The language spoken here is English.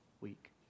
week